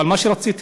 אבל מה שרציתי,